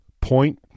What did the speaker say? Point